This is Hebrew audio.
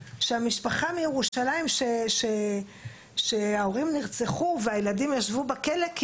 שהמשפחה מירושלים שההורים נרצחו והילדים ישבו בכלא,